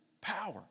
power